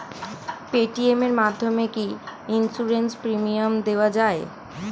Paytm এর মাধ্যমে কি ইন্সুরেন্স প্রিমিয়াম দেওয়া যায়?